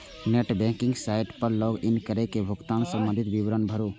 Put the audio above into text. net banking site पर log in कैर के भुगतान संबंधी विवरण भरू